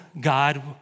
God